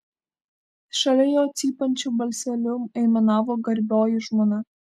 šalia jo cypiančiu balseliu aimanavo garbioji žmona